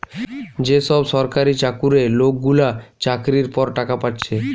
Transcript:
যে সব সরকারি চাকুরে লোকগুলা চাকরির পর টাকা পাচ্ছে